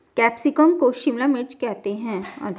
capsicum को शिमला मिर्च करते हैं